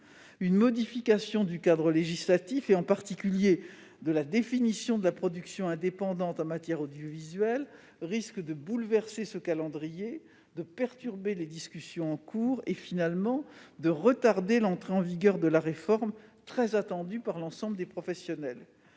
Une modification du cadre législatif, en particulier de la définition de la production indépendante en matière audiovisuelle, risque de bouleverser ce calendrier, de perturber les discussions en cours et, finalement, de retarder l'entrée en vigueur de la réforme, très attendue par l'ensemble des professionnels.